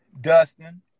Dustin